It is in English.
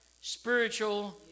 spiritual